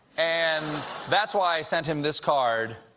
and that's why i sent him this card